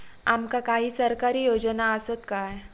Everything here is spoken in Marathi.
आमका काही सरकारी योजना आसत काय?